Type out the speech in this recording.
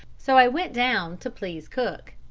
so i went down to please cook.